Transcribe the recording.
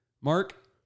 Mark